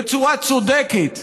בצורה צודקת,